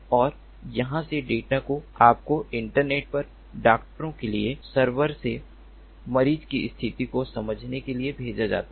और यहां से डेटा को आपको इंटरनेट पर डॉक्टरों के लिए सर्वर से मरीज की स्थिति को समझने के लिए भेजा जाता है